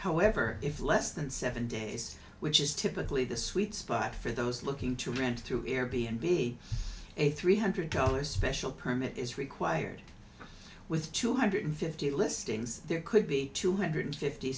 however if less than seven days which is typically the sweet spot for those looking to rent through air b n b a three hundred dollars special permit is required with two hundred fifty listings there could be two hundred fifty